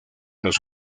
los